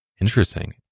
Interesting